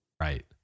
Right